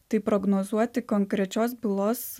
tai prognozuoti konkrečios bylos